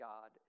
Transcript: God